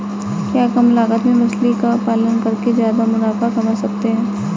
क्या कम लागत में मछली का पालन करके ज्यादा मुनाफा कमा सकते हैं?